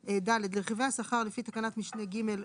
לרכיבי השכר לפי תקנת משנה (ג)(1)